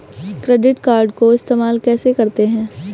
Credit card को इस्तेमाल कैसे करते हैं?